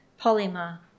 polymer